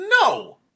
no